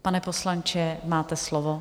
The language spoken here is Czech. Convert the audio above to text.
Pane poslanče, máte slovo.